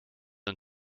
and